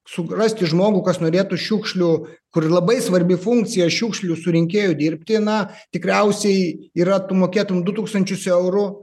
surasti žmogų kas norėtų šiukšlių kur labai svarbi funkcija šiukšlių surinkėju dirbti na tikriausiai yra tu mokėtum du tūkstančius eurų